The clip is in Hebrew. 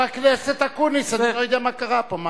חבר הכנסת אקוניס, אני לא יודע מה קרה פה.